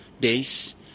days